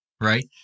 right